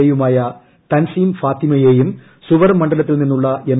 എയുമായ തൻസീം ഫാത്തിമയെയും സുവർ മ്ണ്ഡലത്തിൽ നിന്നുളള എം